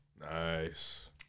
Nice